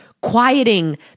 Quieting